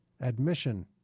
Admission